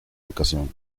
educación